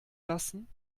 lassen